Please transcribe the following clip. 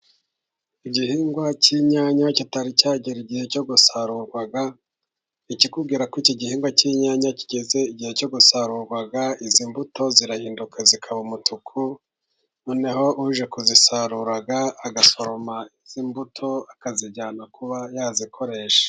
Igihingwa cy'inyanya kitari cyagera igihe cyo gusarurwa, ikikubwira ko iki gihingwa cy'inyanya kigeze igihe cyo gusarurwa, izi mbuto zirahinduka zikaba umutuku, noneho uje kuzisarura agasoroma izi mbuto akazijyana kuba yazikoresha.